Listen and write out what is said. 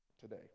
today